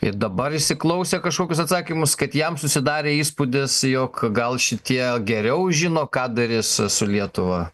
ir dabar įsiklausė kažkokius atsakymus kad jam susidarė įspūdis jog gal šitie geriau žino ką darys su lietuva